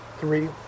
three